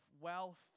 wealth